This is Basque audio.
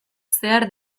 zehar